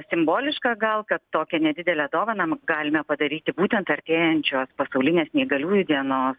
simboliška gal kad tokią nedidelę dovaną galime padaryti būtent artėjančios pasaulinės neįgaliųjų dienos